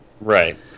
Right